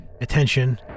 attention